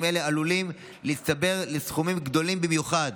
אלה עלולים להצטבר לסכומים גדולים במיוחד.